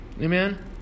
Amen